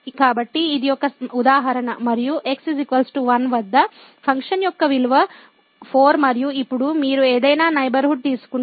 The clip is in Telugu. కాబట్టి ఇది ఒక ఉదాహరణ మరియు x 1 వద్ద ఫంక్షన్ యొక్క విలువ 4 మరియు ఇప్పుడు మీరు ఏదైనా నైబర్హుడ్ తీసుకుంటారు